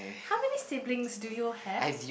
how many siblings do you have